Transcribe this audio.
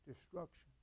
destruction